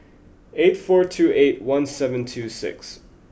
eight four two eight one seven two six